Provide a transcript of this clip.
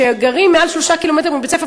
שגרים מעל 3 קילומטר מבית-ספר,